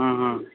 हँ हँ